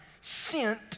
sent